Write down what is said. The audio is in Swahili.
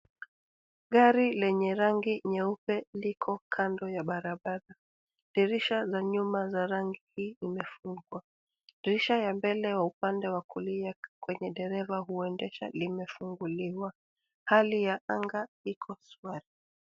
Gari lenye rangi nyeupe liko kando ya barabara. Dirisha za nyuma za rangi zimefungwa, dirisha ya mbele ya upande wa kulia kwenye dereva huendesha limefunguliwa. Hali ya anga iko shwari.